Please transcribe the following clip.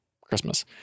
Christmas